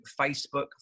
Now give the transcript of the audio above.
Facebook